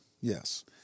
yes